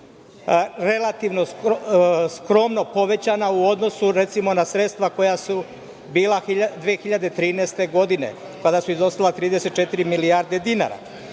relativno skromno povećana u odnosu, recimo, na sredstva koja su bila 2013. godine kada su iznosila 34 milijarde dinara,